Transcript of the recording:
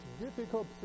difficult